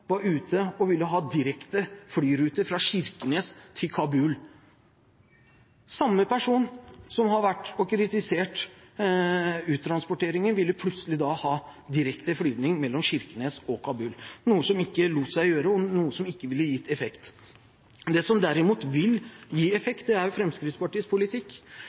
ute og ville ha direkte flyrute fra Kirkenes til Kabul. Samme person som har vært ute og kritisert uttransporteringen, ville da plutselig ha direkte flyvning mellom Kirkenes og Kabul, noe som ikke lot seg gjøre, og noe som ikke ville gitt effekt. Det som derimot vil gi effekt, er Fremskrittspartiets politikk.